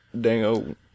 Dango